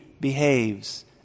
behaves